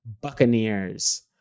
Buccaneers